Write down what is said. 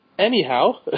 Anyhow